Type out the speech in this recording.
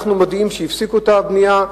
אנחנו מודיעים שהפסיקו את הבנייה.